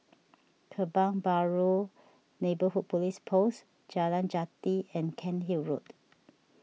Kebun Baru Neighbourhood Police Post Jalan Jati and Cairnhill Road